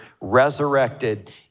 resurrected